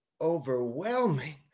overwhelming